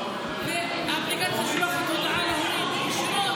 והאפליקציה שולחת הודעה להורים ישירות.